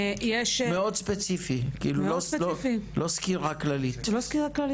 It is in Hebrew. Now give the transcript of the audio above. מאוד ספציפי, לא סקירה כללית.